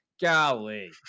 Golly